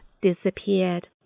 disappeared